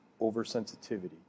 oversensitivity